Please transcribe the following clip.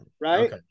right